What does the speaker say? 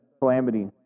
calamity